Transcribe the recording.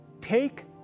take